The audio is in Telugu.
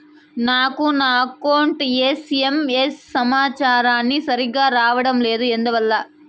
నాకు నా అకౌంట్ ఎస్.ఎం.ఎస్ సమాచారము సరిగ్గా రావడం లేదు ఎందువల్ల?